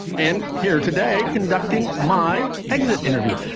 and here today, conducting my exit interview,